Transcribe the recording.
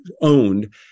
owned